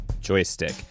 joystick